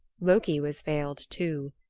loki was veiled, too.